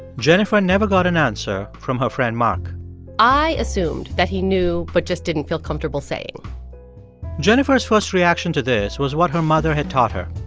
jennifer never got an answer from her friend mark i assumed that he knew but just didn't feel comfortable saying jennifer's first reaction to this was what her mother had taught her.